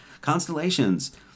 Constellations